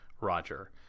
Roger